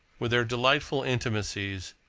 with their delightful intimacies,